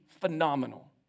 phenomenal